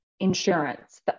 insurance